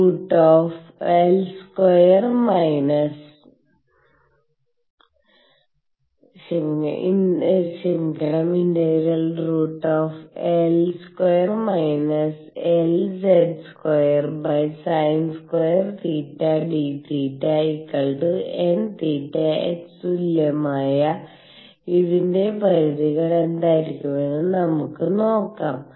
L2 LZ2sin2d nh തുല്യമായ ഇതിന്റെ പരിധികൾ എന്തായിരിക്കുമെന്ന് നമുക്ക് നോക്കാം